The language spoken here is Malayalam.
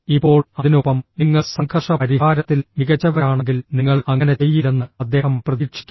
ഇപ്പോൾ അതിനൊപ്പം നിങ്ങൾ സംഘർഷ പരിഹാരത്തിൽ മികച്ചവരാണെങ്കിൽ നിങ്ങൾ അങ്ങനെ ചെയ്യില്ലെന്ന് അദ്ദേഹം പ്രതീക്ഷിക്കും